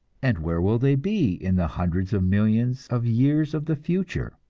and where will they be in the hundreds of millions of years of the future?